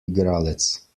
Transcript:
igralec